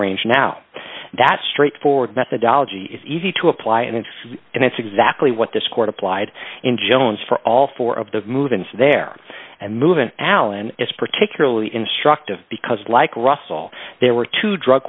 range now that straightforward methodology is easy to apply and it's exactly what this court applied in jones for all four of the movements there and moving allan is particularly instructive because like russell there were two drug